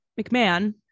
mcmahon